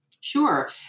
Sure